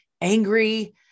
angry